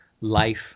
life